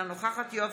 אינה נוכחת יואב